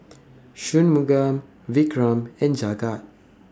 Shunmugam Vikram and Jagat